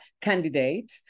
candidate